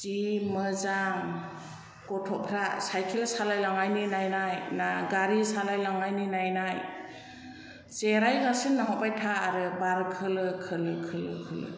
जि मोजां गथ'फ्रा साइखेल सालायलांनायनि नायनाय ना गारि सालाय लांनायनि नायनाय जेरायगासिनो नाहरबाय था आरो बार खोलो खोलो खोलो